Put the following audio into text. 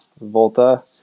Volta